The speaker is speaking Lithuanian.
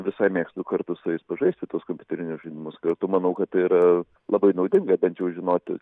visai mėgstu kartu su jais pažaisti tuos kompiuterinius žaidimus kartu manau kad yra labai naudinga bent jau žinoti